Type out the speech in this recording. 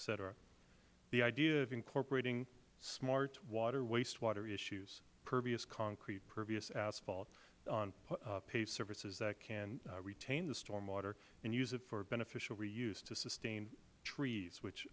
cetera the idea of incorporating smart water wastewater issues pervious concrete pervious asphalt on paved services that can retain the storm water and use it for beneficial reuse to sustain trees which